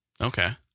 Okay